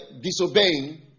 disobeying